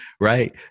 Right